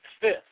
Fifth